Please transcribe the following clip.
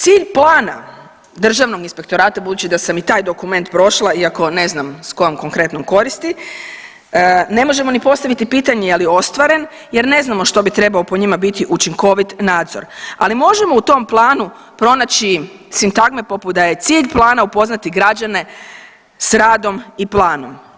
Cilj plana državnog inspektorata budući da sam i taj dokument prošla iako ne znam s kojom konkretnom koristi ne možemo ni postaviti pitanje je li ostvaren jer ne znamo što bi trebao po njima biti učinkovit nadzor, ali možemo u tom planu pronaći sintagme poput da je cilj plana upoznati građane s radom i planom.